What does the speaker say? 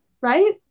right